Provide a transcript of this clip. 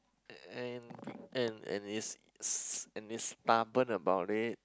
and and is is and is stubborn about it